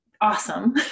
awesome